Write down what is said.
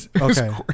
Okay